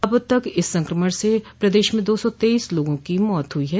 अब तक इस संक्रमण से प्रदेश में दो सौ तेईस लोगों की मौत हुई है